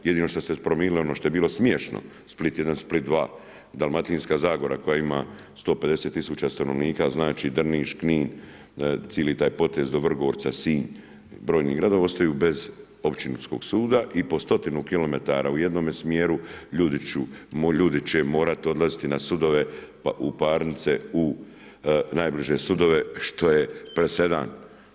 Jedino što ste primijenili je ono što je bilo smiješno – Split I, Split II, Dalmatinska Zgora koja ima 150 tisuća stanovnika, znači Drniš, Knin, cijeli taj potez do Vrgorca, Sinj, brojni gradovi ostaju bez općinskog suda i po stotinu kilometara u jednome smjeru ljudi će morati odlaziti na sudove, u parnice u najbliže sudove, što je presedan.